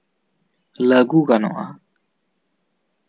ᱞᱟᱹᱜᱩ ᱜᱟᱱᱚᱜᱼᱟ